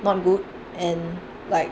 not good and like